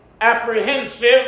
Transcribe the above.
apprehensive